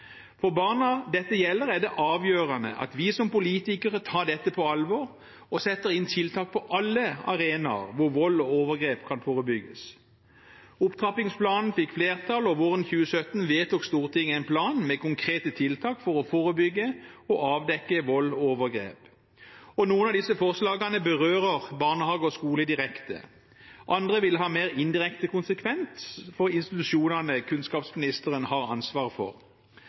For barna dette gjelder, er det avgjørende at vi som politikere tar dette på alvor og setter inn tiltak på alle arenaer hvor vold og overgrep kan forebygges. Opptrappingsplanen fikk flertall, og våren 2017 vedtok Stortinget en plan med konkrete tiltak for å forebygge og avdekke vold og overgrep. Noen av disse forslagene berører barnehage og skole direkte. Andre vil ha mer indirekte konsekvens for institusjonene kunnskapsministeren har ansvaret for.